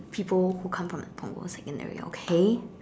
people who comes from like Punggol secondary okay